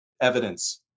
evidence